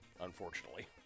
unfortunately